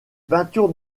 peintures